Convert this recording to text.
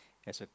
that's it